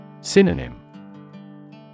Synonym